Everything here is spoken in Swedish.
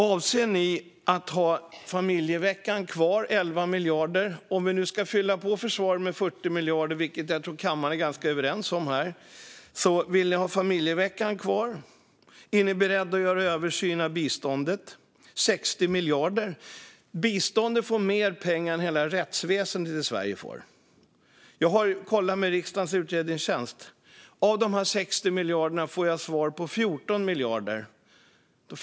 Avser ni att ha familjeveckan kvar för 11 miljarder? Om vi nu ska fylla på försvaret med 40 miljarder, vilket jag tror att kammaren är ganska överens om - vill ni ändå ha familjeveckan kvar? Är ni beredda att göra en översyn av biståndet som är på 60 miljarder? Biståndet får mer pengar än hela rättsväsendet i Sverige. Jag har kollat med riksdagens utredningstjänst, och av dessa 60 miljarder får jag svar om 14 miljarder.